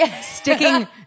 sticking